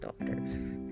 daughters